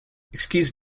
excuse